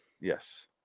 Yes